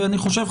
אני חושב,